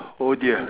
oh dear